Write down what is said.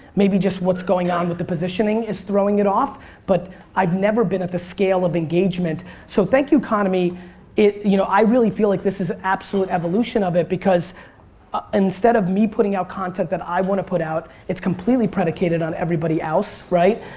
may be what's going on with the positioning is throwing it off but i've never been at the scale of engagement so thank you economy you know i really feel like this is absolutely evolution of it because instead of me putting out content that i want to put out its completely predicated on everybody else. right?